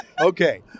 Okay